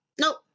Nope